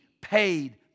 paid